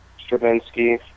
Stravinsky